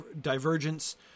divergence